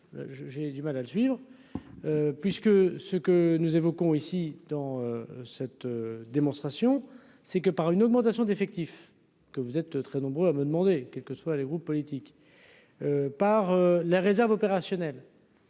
j'ai du mal à suivre puisque ce que nous évoquons ici dans cette démonstration, c'est que par une augmentation d'effectifs que vous êtes très nombreux à me demander quels que soient les groupes politiques par la réserve opérationnelle.